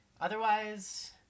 Otherwise